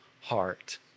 heart